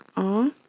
r.